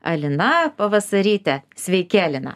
alina pavasaryte sveiki alina